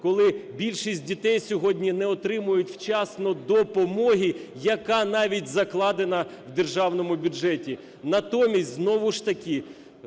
коли більшість дітей сьогодні не отримують вчасно допомоги, яка навіть закладена в державному бюджеті. Натомість, знову ж таки,